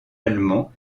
allemand